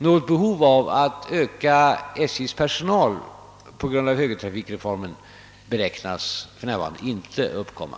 Något behov av att öka SJ:s personal på grund av högertrafikreformen beräknas inte uppkomma.